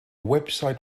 website